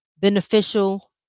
Beneficial